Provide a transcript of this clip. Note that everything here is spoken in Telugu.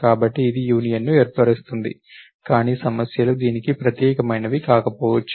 కాబట్టి ఇది యూనియన్ను ఏర్పరుస్తుంది కానీ సమస్యలు దీనికి ప్రత్యేకమైనవి కాకపోవచ్చు